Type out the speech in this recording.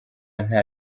nta